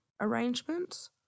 arrangements